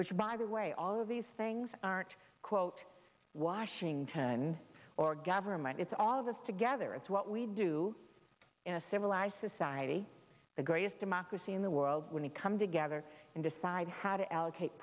which by the way all of these things aren't quote washington or government it's all of us together is what we do in a civilized society the greatest democracy in the world when we come together and decide how to allocate